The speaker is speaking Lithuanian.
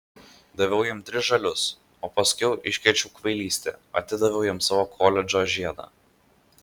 daviau jam tris žalius o paskiau iškrėčiau kvailystę atidaviau jam savo koledžo žiedą